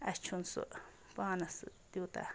اَسہِ چھُنہٕ سُہ پانَس تیوٗتاہ